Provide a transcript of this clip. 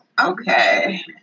okay